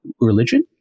religion